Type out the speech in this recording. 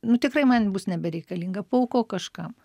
nu tikrai man bus nebereikalinga paaukok kažkam